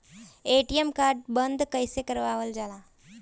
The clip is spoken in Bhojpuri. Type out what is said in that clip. ए.टी.एम कार्ड बन्द कईसे करावल जाला?